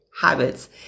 habits